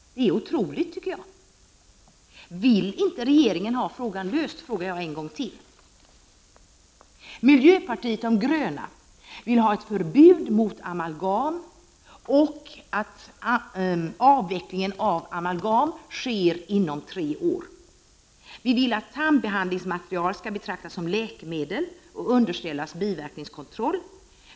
Det är otroligt! Jag frågar en gång till: Vill inte regeringen ha en lösning på frågan? Miljöpartiet de gröna vill ha ett förbud mot amalgam, och vi vill att avvecklingen av amalgam skall ske inom tre år. Vi vill att tandbehandlingsmaterial skall betraktas som läkemedel och underställas biverkningskontroll.